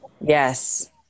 Yes